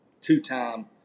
two-time